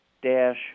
Dash